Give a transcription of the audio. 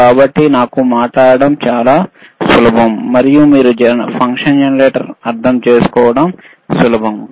కాబట్టి నాకు మాట్లాడటం చాలా సులభం అవుతుంది మరియు మీరు జనరేటర్ ఫంక్షన్ను అర్థం చేసుకోవడం సులభం అవుతుంది